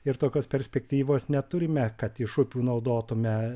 ir tokios perspektyvos neturime kad iš upių naudotume